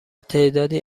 تعدادی